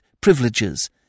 privileges